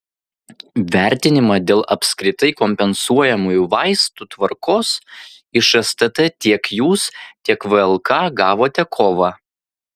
vertinimą dėl apskritai kompensuojamųjų vaistų tvarkos iš stt tiek jūs tiek vlk gavote kovą